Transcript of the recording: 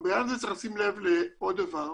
אבל יחד עם זאת צריך לשים לב לעוד דבר,